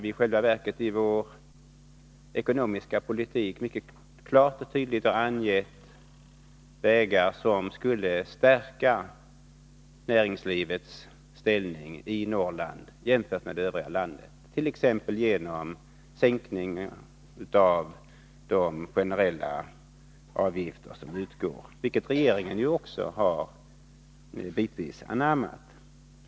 I själva verket har vi i vår ekonomiska politik klart och tydligt angett vägar som skulle stärka näringslivets ställning i Norrland jämfört med övriga landet. Det gäller t.ex. förslag om sänkningar av de generella avgifter som utgår, som också regeringen bitvis har anammat.